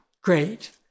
great